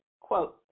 quote